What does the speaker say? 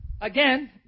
Again